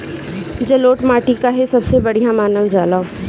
जलोड़ माटी काहे सबसे बढ़िया मानल जाला?